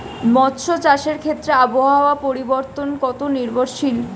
মৎস্য চাষের ক্ষেত্রে আবহাওয়া পরিবর্তন কত নির্ভরশীল?